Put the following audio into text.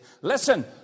Listen